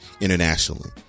internationally